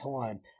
time